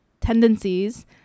tendencies